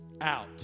out